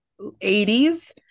80s